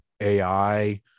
AI